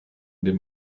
dem